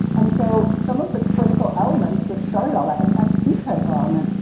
and so some of the critical elements that started all that in fact, the critical element,